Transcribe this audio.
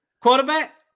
Quarterback